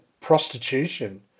prostitution